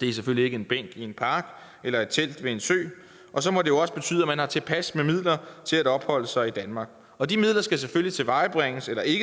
Det er selvfølgelig ikke en bænk i en park eller et telt ved en sø. Og så må det jo også betyde, at man har tilpas med midler til at opholde sig i Danmark, og de midler skal selvfølgelig ikke